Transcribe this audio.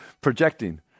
Projecting